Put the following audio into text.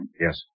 Yes